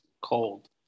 cold